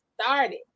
started